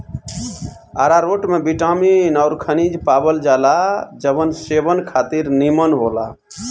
आरारोट में बिटामिन अउरी खनिज पावल जाला जवन सेहत खातिर निमन होला